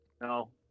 No